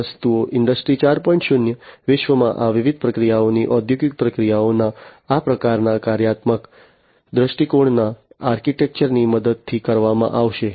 0 વિશ્વમાં આ વિવિધ પ્રક્રિયાઓની ઔદ્યોગિક પ્રક્રિયાઓના આ પ્રકારના કાર્યાત્મક દૃષ્ટિકોણના આર્કિટેક્ચરની મદદથી કરવામાં આવશે